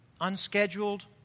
Unscheduled